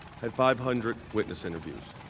had five hundred witness interviews